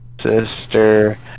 sister